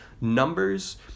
numbers